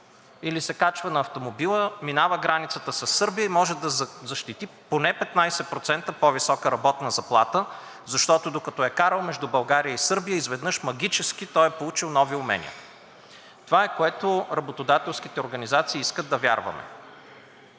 или се качва на автомобила, минава границата със Сърбия и може да защити поне 15% по-висока работна заплата, защото, докато е карал между България и Сърбия, той изведнъж магически е получил нови умения? Това е, в което работодателските организации искат да вярваме.